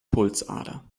pulsader